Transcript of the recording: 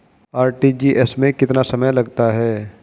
RTGS में कितना समय लगता है?